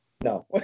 no